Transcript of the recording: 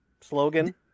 slogan